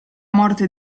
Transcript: morte